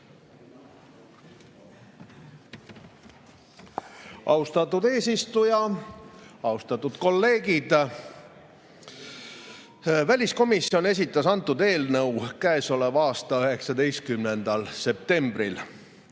Austatud eesistuja! Austatud kolleegid! Väliskomisjon esitas antud eelnõu käesoleva aasta 19. septembril